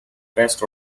best